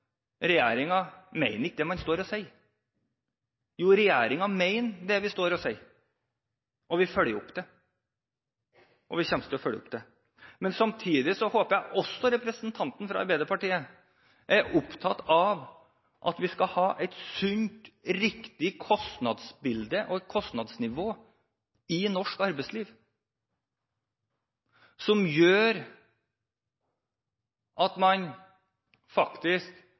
ikke mener det den står og sier. Jo, regjeringen mener det den står og sier. Vi følger det opp – og vi kommer til å følge det opp fremover. Samtidig håper jeg også representanten fra Arbeiderpartiet er opptatt av at vi skal ha et sunt og riktig kostnadsbilde og et kostnadsnivå i norsk arbeidsliv som gjør at man